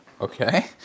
okay